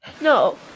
No